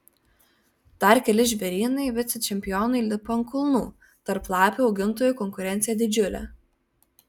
dar keli žvėrynai vicečempionui lipa ant kulnų tarp lapių augintojų konkurencija didžiulė